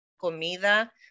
Comida